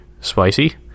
spicy